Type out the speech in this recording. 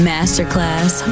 Masterclass